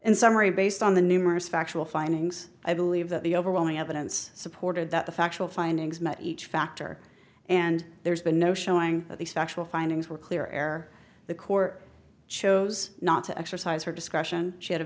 and summary based on the numerous factual findings i believe that the overwhelming evidence supported that the factual findings met each factor and there's been no showing that the factual findings were clear air the court chose not to exercise her discretion she had a